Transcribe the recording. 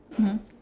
mmhmm